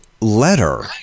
letter